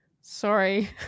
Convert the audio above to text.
Sorry